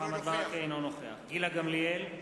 אינו נוכח גילה גמליאל,